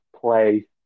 play